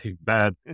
bad